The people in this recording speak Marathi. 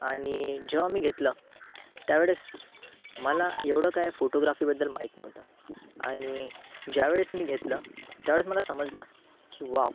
आणि जेव्हा मी घेतलं त्या वेळेस मला एवढं काय फोटोग्राफीबद्दल माहित नव्हतं आणि ज्या वेळेस मी घेतलं त्या वेळेस मला समजलं की वॉव